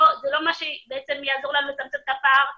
מה שיעזור לנו לצמצם את הפער הדיגיטלי.